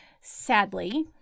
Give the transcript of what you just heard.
Sadly